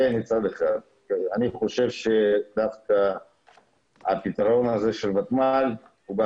אני חושב שדווקא הפתרון הזה של ותמ"ל הוא בא